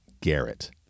Garrett